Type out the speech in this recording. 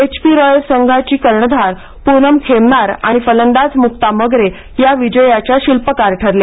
HP royals ची कर्णधार पूनम खेमनार आणि फलंदाज मुक्ता मगरे या विजयाचा शिल्पकार ठरल्या